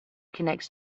connects